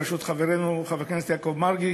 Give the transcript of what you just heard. בראשות חברנו חבר הכנסת יעקב מרגי